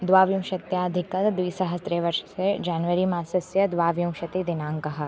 द्वाविंशत्यधिकद्विसहस्रतमे वर्षे जान्वरि मासस्य द्वाविंशतिदिनाङ्कः